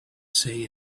say